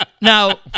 Now